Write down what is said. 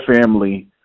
family